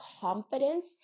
confidence